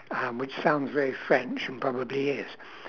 um which sounds very french and probably is